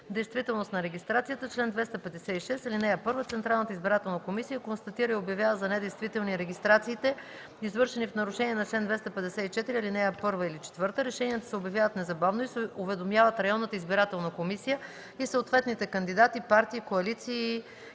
„Действителност на регистрацията Чл. 256. (1) Централната избирателна комисия констатира и обявява за недействителни регистрациите, извършени в нарушение на чл. 254, ал. 1 или 4. Решенията се обявяват незабавно и се уведомяват районната избирателна комисия и съответните кандидати, партии, коалиции